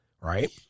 right